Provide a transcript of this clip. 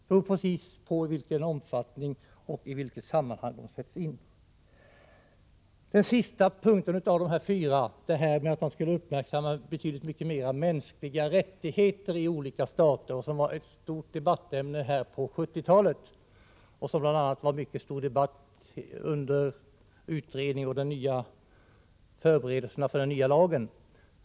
Det som är avgörande är i vilken omfattning och i vilket sammanhang vapnen sätts in. Den sista punkten handlar om att man betydligt mera skall uppmärksamma mänskliga rättigheter i olika stater. Det var ju ett stort debattämne på 1970-talet, bl.a. i samband med förarbetena till den nya lagen.